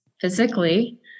physically